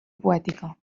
poètica